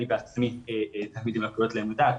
אני בעצמי תלמיד עם לקויות למידה,